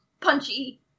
Punchy